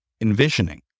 envisioning